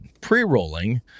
Pre-rolling